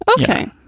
okay